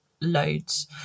loads